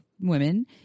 women